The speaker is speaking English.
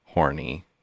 horny